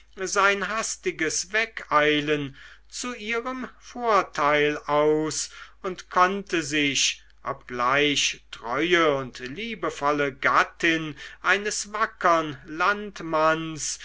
sein hastiges wegeilen zu ihrem vorteil aus und konnte sich obgleich treue und liebevolle gattin eines wackern landmanns